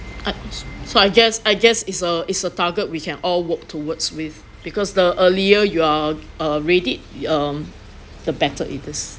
so I just I just is a is a target we can all work towards with because the earlier you're uh readied um the better it is